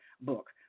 book